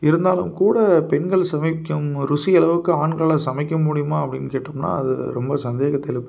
இருந்தாலும் கூட பெண்கள் சமைக்கும் ருசி அளவுக்கு ஆண்கள் சமைக்க முடியுமா அப்படின்னு கேட்டோம்னா அது ரொம்ப சந்தேகத்தை எழுப்புது